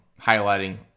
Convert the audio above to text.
highlighting